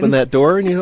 that door and you